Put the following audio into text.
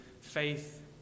faith